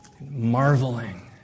marveling